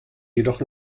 jedoch